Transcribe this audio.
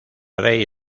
rey